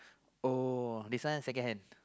oh this one second hand